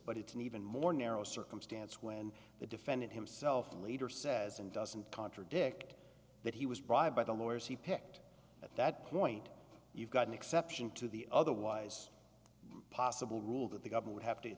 but it's an even more narrow circumstance when the defendant himself leader says and doesn't contradict that he was bribed by the lawyers he picked at that point you've got an exception to the otherwise possible rule that the govern